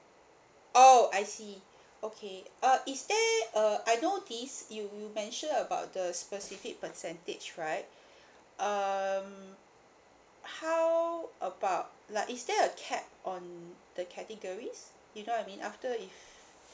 oh I see okay uh is there uh I notice you you mention about the specific percentage right um how about like is there a cap on the categories you know I mean after if